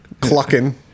clucking